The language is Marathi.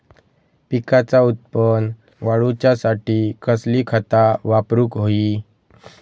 पिकाचा उत्पन वाढवूच्यासाठी कसली खता वापरूक होई?